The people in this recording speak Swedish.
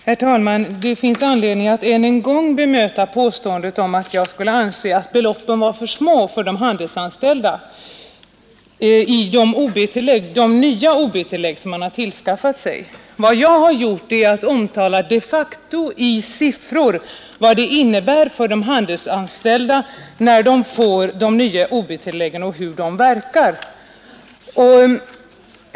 Herr talman! Det finns anledning att än en gång bemöta påståendet att jag skulle ha ansett att de nya ob-tillägg som de handelsanställda förhandlat sig till skulle vara små. Vad jag har gjort är att omtala vad de nya ob-tilläggen i faktiska siffror innebär för de anställda och hur de nya bestämmelserna verkar.